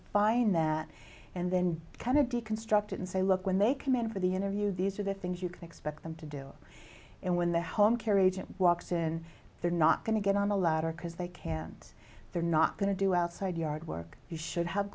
define that and then kind of deconstruct it and say look when they command for the interview these are the things you can expect them to do and when the home care agent walks in they're not going to get on the ladder because they can't they're not going to do outside yard work you should have